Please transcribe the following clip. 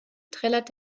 trällert